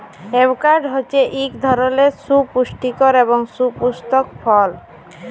avocado হছে ইক ধরলের সুপুষ্টিকর এবং সুপুস্পক ফল